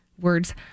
words